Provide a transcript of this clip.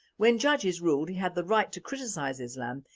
when judges ruled he had the right to criticize islam,